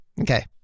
Okay